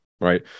right